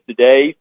today